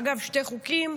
אגב, שני חוקים,